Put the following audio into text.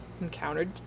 encountered